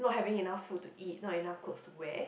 not having enough food to eat not enough clothes to wear